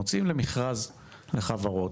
מוציאים למכרז לחברות,